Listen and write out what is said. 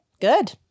Good